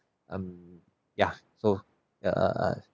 um ya so uh uh uh